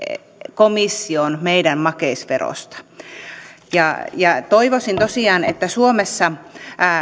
komissioon meidän makeisverostamme toivoisin tosiaan että suomessa